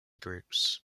groups